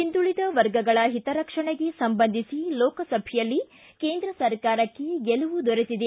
ಒಂದುಳಿದ ವರ್ಗಗಳ ಹಿತರಕ್ಷಣೆಗೆ ಸಂಬಂಧಿಸಿ ಲೋಕಸಭೆಯಲ್ಲಿ ಕೇಂದ್ರ ಸರ್ಕಾರಕ್ಕೆ ಗೆಲುವು ದೊರೆತಿದೆ